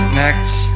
next